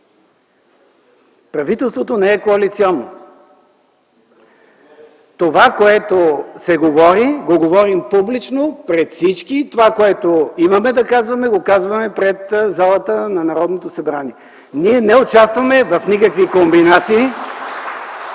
какво е? ИВАН КОСТОВ: Това, което се говори, го говорим публично, пред всички. Това, което имаме да казваме, го казваме пред залата на Народното събрание. Ние не участваме в никакви комбинации.